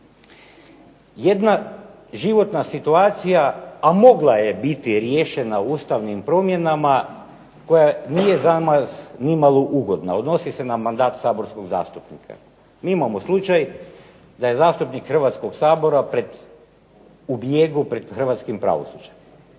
Jedna životna situacija, a mogla je biti riješena ustavnim promjenama, koja nije za nas nimalo ugodna, odnosi se na mandat saborskog zastupnika. Mi imamo slučaj da je zastupnik Hrvatskoga sabora u bijegu pred hrvatskim pravosuđem.